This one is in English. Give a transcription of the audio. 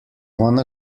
one